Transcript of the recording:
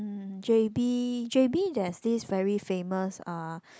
um j_b j_b there's this very famous uh